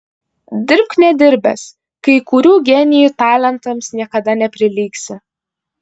dirbk nedirbęs kai kurių genijų talentams niekada neprilygsi